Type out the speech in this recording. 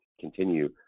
continue